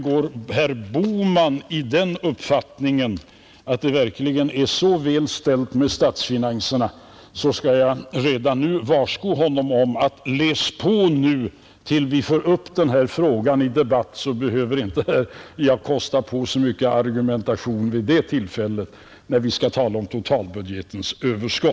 Men om herr Bohman går omkring i den uppfattningen att det är mycket väl ställt med statsfinanserna skall jag redan nu varsko honom om att han skall läsa på tills vi får upp den här frågan till debatt, så behöver jag inte kosta på så mycket argumentation vid det tillfället, när vi skall tala om totalbudgetens överskott.